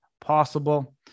possible